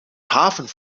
haven